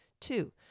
Two